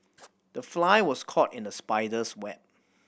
the fly was caught in the spider's web